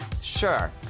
Sure